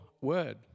word